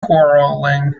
quarrelling